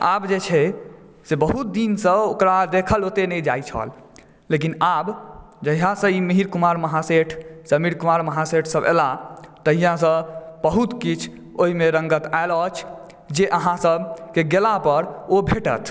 आब जे छै ओकरा बहुत दिनसँ ओकरा देखल ओते नहि जाइ छै लेकिन आब ई जहियासँ मिहिर कुमार महासेठ समीर कुमार महासेठ सभ एलाह तहिया सँ बहुत किछ ओहिमे रङ्गत आएल अछि जे अहाँ सभकेँ गेला पर ओ भेटत